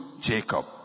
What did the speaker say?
Jacob